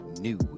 new